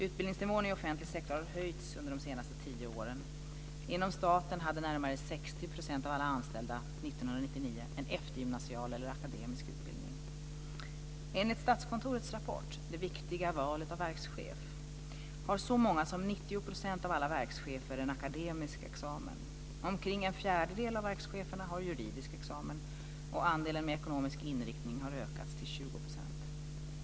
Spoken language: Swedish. Utbildningsnivån i offentlig sektor har höjts under de senaste tio åren. Inom staten hade närmare 60 % av alla anställda år 1999 en eftergymnasial eller akademisk utbildning. Enligt Statskontorets rapport Det viktiga valet av verkschef, 1999:21, har så många som 90 % av alla verkschefer en akademisk examen. Omkring en fjärdedel av verkscheferna har juridisk examen.